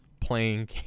playing